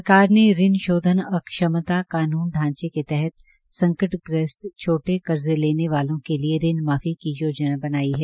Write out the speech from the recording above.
सरकार ने ऋण शोधन अक्षमता कानून ढांचे के तहत संकट ग्रस्त छोटे कर्जे लेने वालो के लिए ऋण माफी की योजना बनाई है